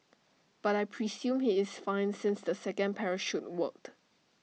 but I presume he is fine since the second parachute worked